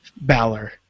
Balor